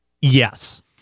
Yes